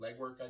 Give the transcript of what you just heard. legwork